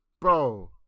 bro